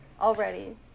already